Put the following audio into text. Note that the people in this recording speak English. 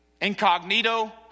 incognito